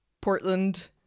Portland